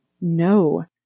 No